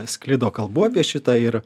sklido kalbų apie šitą ir